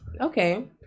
Okay